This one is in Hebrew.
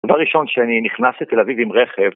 דבר ראשון שאני נכנס לתל אביב עם רכב